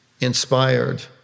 inspired